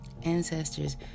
ancestors